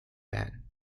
ban